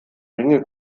ringe